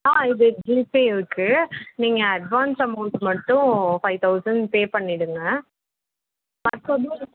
ஆ இது ஜிபே இருக்குது நீங்கள் அட்வான்ஸ் அமௌண்ட்டு மட்டும் ஃபை தௌசண்ட் பேப்பண்ணிடுங்க மற்றது